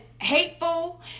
Hateful